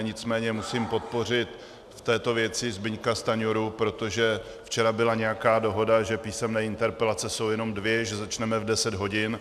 Nicméně musím podpořit v této věci Zbyňka Stanjuru, protože včera byla nějaká dohoda, že písemné interpelace jsou jenom dvě, že začneme v 10 hodin.